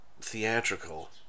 theatrical